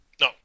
No